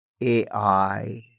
AI